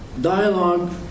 Dialogue